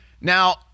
Now